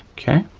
okay,